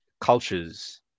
cultures